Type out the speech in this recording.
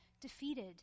defeated